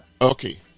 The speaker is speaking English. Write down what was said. okay